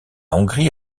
hongrie